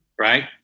right